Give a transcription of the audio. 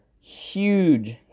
huge